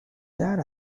that